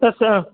sir ಸ ಹಾಂ